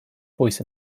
voice